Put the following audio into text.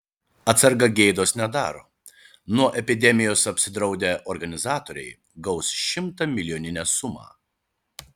atsarga gėdos nedaro nuo epidemijos apsidraudę organizatoriai gaus šimtamilijoninę sumą